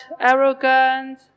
arrogant